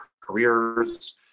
careers